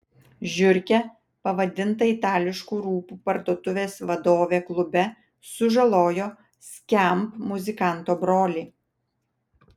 žiurke pavadinta itališkų rūbų parduotuvės vadovė klube sužalojo skamp muzikanto brolį